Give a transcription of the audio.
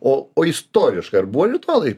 o o istoriškai ar buvo ritualai